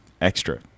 extra